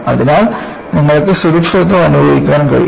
അതിനാൽ നിങ്ങൾക്ക് സുരക്ഷിതത്വം അനുഭവിക്കാൻ കഴിയും